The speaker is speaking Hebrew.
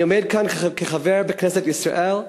אני עומד כאן כחבר בכנסת ישראל,